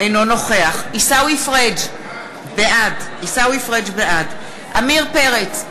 אינו נוכח עיסאווי פריג' בעד עמיר פרץ,